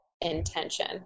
intention